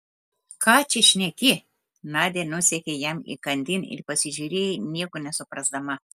ką čia šneki nadia nusekė jam įkandin ir pasižiūrėjo nieko nesuprasdama